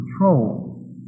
control